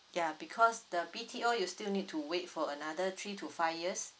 ya because the B_T_O you still need to wait for another three to five years